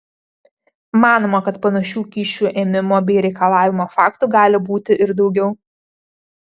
manoma kad panašių kyšių ėmimo bei reikalavimo faktų gali būti ir daugiau